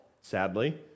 sadly